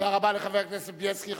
תודה רבה לחבר הכנסת בילסקי.